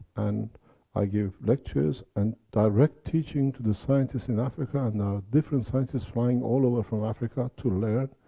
and i give lectures and direct teaching to the scientists in africa, and now different scientists flying all over from africa to learn,